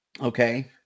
Okay